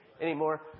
anymore